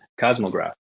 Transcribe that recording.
Cosmograph